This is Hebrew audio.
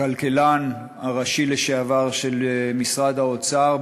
הכלכלן הראשי לשעבר של משרד האוצר,